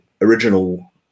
original